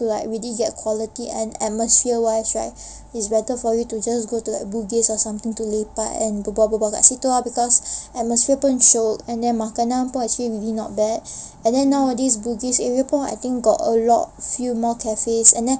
like really get quality and atmosphere wise right it's better for you to just go to like bugis or something to lepak and berbual-berbual kat situ because atmosphere pun shiok and then makanan pun actually really not bad and then nowadays bugis area I think got a lot few more cafes and then